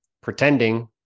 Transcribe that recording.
pretending